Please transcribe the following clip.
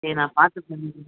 சரி நான் பார்த்து சொல்கிறேன்